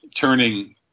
turning